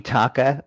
Taka